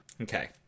Okay